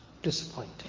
Disappointing